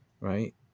right